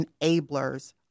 enablers